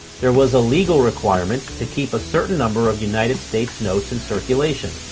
there was a legal requirement to keep a certain number of united states notes in circulation.